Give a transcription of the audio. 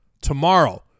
Tomorrow